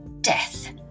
death